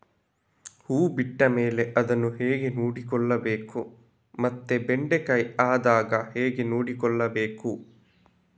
ಹೂ ಬಿಟ್ಟ ಮೇಲೆ ಅದನ್ನು ಹೇಗೆ ನೋಡಿಕೊಳ್ಳಬೇಕು ಮತ್ತೆ ಬೆಂಡೆ ಕಾಯಿ ಆದಾಗ ಹೇಗೆ ನೋಡಿಕೊಳ್ಳಬೇಕು?